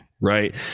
right